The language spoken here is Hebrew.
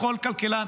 לכל כלכלן,